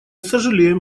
сожалеем